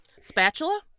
spatula